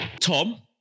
Tom